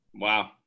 wow